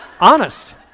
Honest